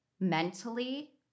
mentally